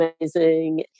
amazing